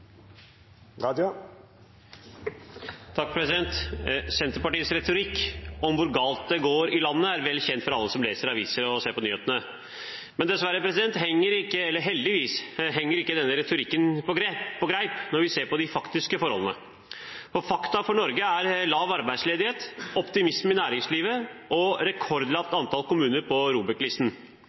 vel kjent for alle som leser aviser og ser på nyhetene. Men heldigvis henger ikke denne retorikken på greip når vi ser på de faktiske forholdene. For fakta for Norge er lav arbeidsledighet, optimisme i næringslivet og rekordlavt antall kommuner på